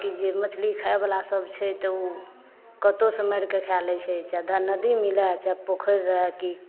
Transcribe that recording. की जे मछली खायबला सब छै तऽ ओ कतहुँ से मारिके खाए लै छै चाहे धा नदी मिलए चाहे पोखरि रहए की